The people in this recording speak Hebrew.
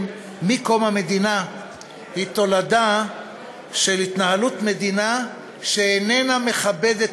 מקום המדינה היא תולדה של התנהלות מדינה שאינה מכבדת